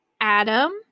Adam